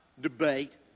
debate